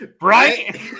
Right